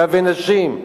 טף ונשים.